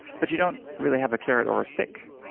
but you don't really have a carrot or a stick.